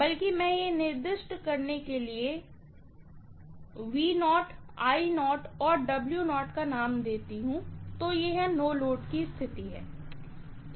बल्कि मैं यह निर्दिष्ट करने के लिए और का नाम देती हूँ तो यह नो लोड की स्थिति है